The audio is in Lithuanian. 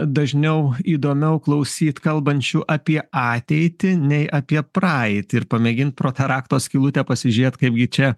dažniau įdomiau klausyt kalbančių apie ateitį nei apie praeitį ir pamėgint pro tą rakto skylutę pasižiūrėt kaip gi čia